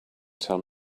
tell